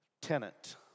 tenant